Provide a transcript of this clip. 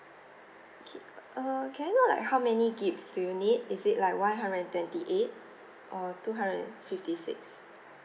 okay err can you like how many gigs do you need is it like one hundred and twenty eight or two hundred and fifty six